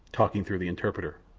talking through the interpreter.